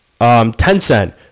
Tencent